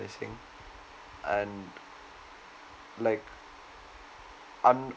missing and like I'm